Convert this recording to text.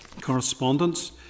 correspondence